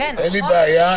אין לי בעיה,